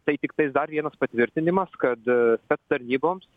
tai tiktais dar vienas patvirtinimas kad spec tarnyboms